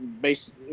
based